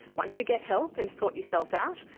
once you get help and sort yourself out,